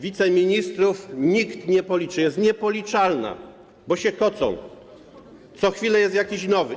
Wiceministrów nikt nie policzy, jest to niepoliczalne, bo się kocą, i co chwila jest jakiś nowy.